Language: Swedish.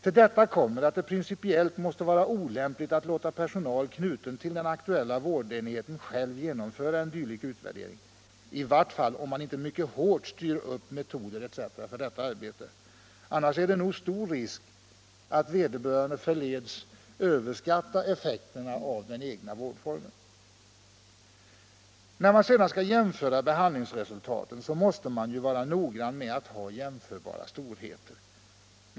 Till detta kommer att det måste vara principiellt olämpligt att låta personal knuten till den aktuella vårdenheten själv genomföra en dylik utvärdering, i varje fall om man inte mycket hårt styr metoderna etc. för detta arbete. Annars är det stor risk att vederbörande överskattar effekterna av den egna vårdformen. När man sedan skall jämföra behandlingsresultaten måste man vara noggrann med att ha jämförbara storheter.